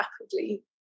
rapidly